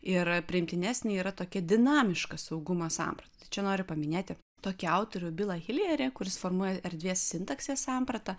yra priimtinesnė yra tokia dinamiška saugumo samprata tai čia noriu paminėti tokį autorių bilą hilerį kuris formuoja erdvės sintaksės sampratą